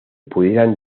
pudiera